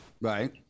Right